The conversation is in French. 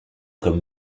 comme